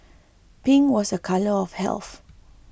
pink was a colour of health